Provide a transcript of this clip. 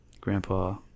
Grandpa